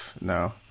no